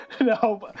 no